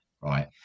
right